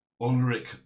Ulrich